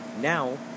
now